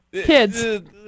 Kids